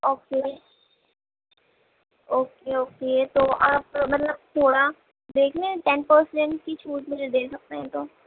okay okay okay تو آپ مطلب تھوڑا دیکھیں ٹین پرسینٹ کی چھوٹ مجھے دے سکتے ہیں تو